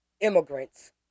immigrants